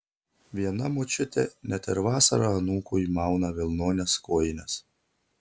viena močiutė net ir vasarą anūkui mauna vilnones kojines